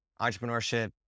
entrepreneurship